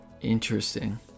Interesting